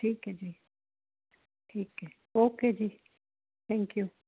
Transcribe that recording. ਠੀਕ ਹੈ ਜੀ ਠੀਕ ਹੈ ਓਕੇ ਜੀ ਥੈਂਕਯੂ